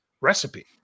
recipe